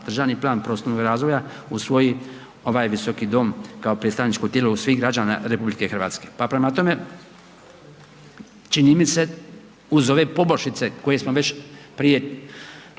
državni plan prostornog razvoja usvoji ovaj visoki dom kao predstavničko tijelo svih građana Republike Hrvatske. Pa prema tome, čini mi se uz ove poboljšice koje smo već prije